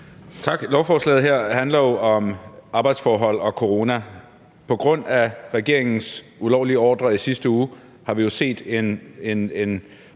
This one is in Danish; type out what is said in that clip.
Tak. Lovforslaget her handler jo om arbejdsforhold og corona. På grund af regeringens ulovlige ordre i sidste uge har vi jo set en